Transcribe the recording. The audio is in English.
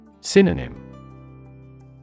Synonym